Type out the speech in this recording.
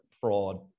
fraud